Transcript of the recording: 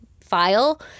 file